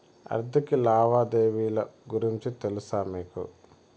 ఆర్థిక లావాదేవీల గురించి తెలుసా మీకు